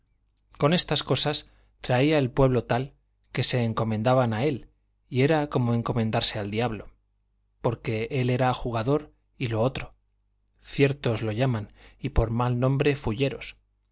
con estas cosas traía el pueblo tal que se encomendaban a él y era como encomendarse al diablo porque él era jugador y lo otro ciertos los llaman y por mal nombre fulleros juraba el nombre